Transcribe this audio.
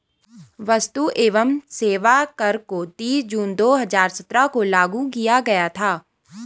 वस्तु एवं सेवा कर को तीस जून दो हजार सत्रह को लागू किया गया था